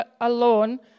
alone